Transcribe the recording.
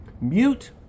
mute